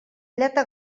llata